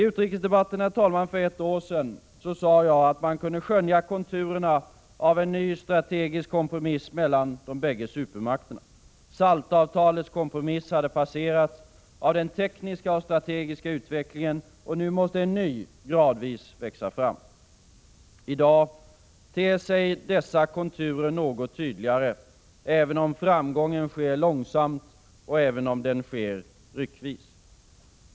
I utrikesdebatten för ett år sedan sade jag att man kunde skönja konturerna av en ny strategisk kompromiss mellan de bägge supermakterna. SALT-avtalens kompromiss hade passerats av den tekniska och strategiska utvecklingen, och nu måste en ny gradvis växa fram. I dag ter sig dessa konturer något tydligare, även om framgången sker långsamt och även om den sker ryckvis.